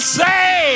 say